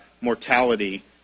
mortality